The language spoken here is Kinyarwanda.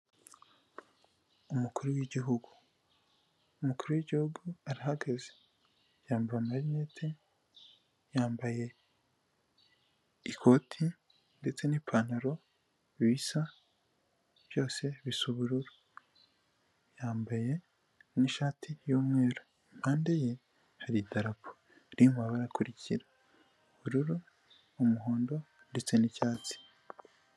Umukuru w'Igihugu, Umukuru w'Igihugu arahagaze, yambara amarinete, yambaye ikoti ndetse n'ipantaro bisa byose bisa ubururu, yambaye n'ishati y'umweru. Impande ye hari idarapo riri mu mabara akurikira ubururu, umuhondo ndetse n'icyatsi.